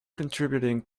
contributing